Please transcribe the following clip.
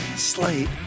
slate